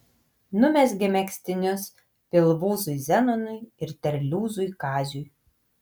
numezgė megztinius pilvūzui zenonui ir terliūzui kaziui